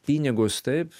pinigus taip